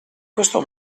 questo